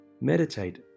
meditate